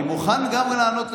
אני מוכן גם לענות,